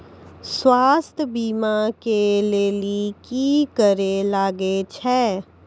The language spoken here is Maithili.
स्वास्थ्य बीमा के लेली की करे लागे छै?